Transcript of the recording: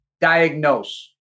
diagnose